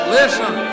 listen